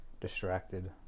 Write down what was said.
distracted